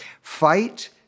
fight